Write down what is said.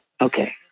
okay